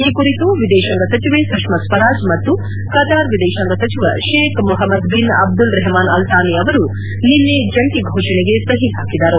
ಈ ಕುರಿತು ವಿದೇಶಾಂಗ ಸಚಿವೆ ಸುಷ್ಮಾ ಸ್ವರಾಜ್ ಮತ್ತು ಕತಾರ್ ವಿದೇಶಾಂಗ ಸಚಿವ Sheikh Mohammed bin Abdul Rahman Al Thani ಅವರು ನಿನ್ನೆ ಜಂಟಿ ಘೋಷಣೆಗೆ ಸಹಿ ಹಾಕಿದರು